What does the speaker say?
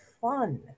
fun